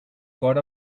got